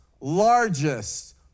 largest